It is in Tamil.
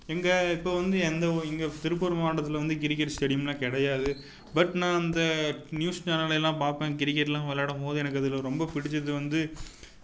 எங்கே இப்போ வந்து எந்த ஒ இங்கே திருப்பூர் மாவட்டத்தில் வந்து கிரிக்கெட் ஸ்டேடியம் எல்லாம் கிடையாது பட் நான் அந்த நியூஸ் சேனலல்லாம் பார்ப்பேன் கிரிக்கெட் எல்லாம் விளாடம்போது எனக்கு அதில் ரொம்ப பிடிச்சது வந்து